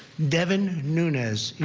devin nunes.